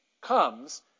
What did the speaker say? comes